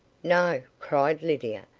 no, cried lydia,